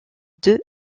deux